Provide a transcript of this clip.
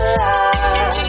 love